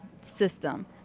system